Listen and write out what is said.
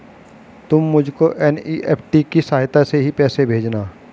तुम मुझको एन.ई.एफ.टी की सहायता से ही पैसे भेजना